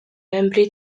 membri